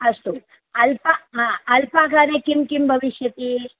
अस्तु अल्प हा अल्पाहारे किं किं भविष्यति